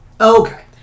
Okay